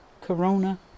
Corona